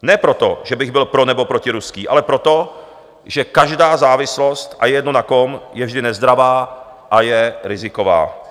Ne proto, že bych byl pro nebo protiruský, ale proto, že každá závislost, a je jedno na kom, je vždy nezdravá a je riziková.